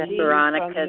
Veronica